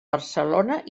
barcelona